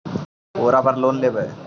ओरापर लोन लेवै?